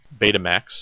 Betamax